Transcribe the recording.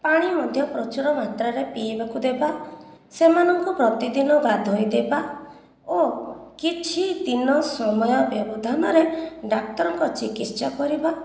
ପାଣି ମଧ୍ୟ ପ୍ରଚୁର ମାତ୍ରାରେ ପିଇବାକୁ ଦେବା ସେମାନଙ୍କୁ ପ୍ରତି ଦିନ ଗାଧୋଇ ଦେବା ଓ କିଛି ଦିନ ସମୟ ବ୍ୟବଧାନରେ ଡାକ୍ତରଙ୍କ ଚିକିତ୍ସା କରିବା